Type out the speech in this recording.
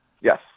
Yes